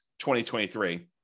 2023